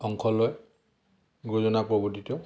অংশ লয় গুৰুজনা প্ৰৱৰ্তিত